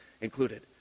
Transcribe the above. included